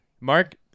Mark